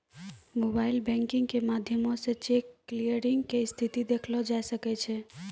mobile banking के माध्यमो से चेक क्लियरिंग के स्थिति देखलो जाय सकै छै